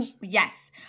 Yes